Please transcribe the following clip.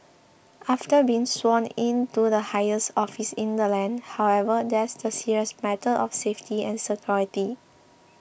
after being sworn in to the highest office in the land however there's the serious matter of safety and security